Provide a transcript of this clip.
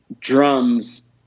drums